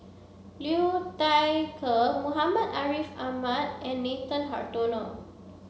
Liu Thai Ker Muhammad Ariff Ahmad and Nathan Hartono